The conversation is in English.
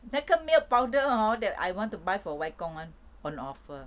那个 milk powder hor that I want to buy for 外公 [one] on offer